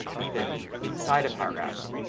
even inside of paragraphs,